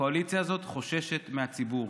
הקואליציה הזאת חוששת מהציבור.